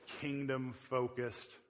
kingdom-focused